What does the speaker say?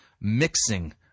mixing